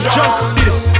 justice